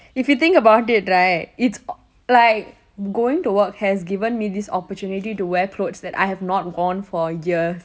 if you think about it right it's o~ it's like going to work has given me this opportunity to wear clothes that I have not worn for years